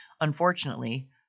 Unfortunately